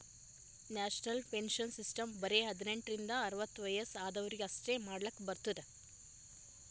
national pension system ಬರೆ ಹದಿನೆಂಟ ರಿಂದ ಅರ್ವತ್ ವಯಸ್ಸ ಆದ್ವರಿಗ್ ಅಷ್ಟೇ ಮಾಡ್ಲಕ್ ಬರ್ತುದ್